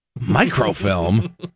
microfilm